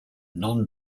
non